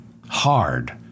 hard